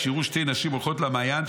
כשיראו שתי נשים הולכות למעיין,